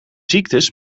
ziektes